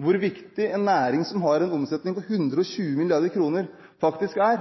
hvor viktig en næring som har en omsetning på 120 mrd. kr, faktisk er.